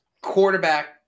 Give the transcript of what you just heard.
Quarterback